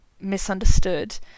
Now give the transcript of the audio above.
misunderstood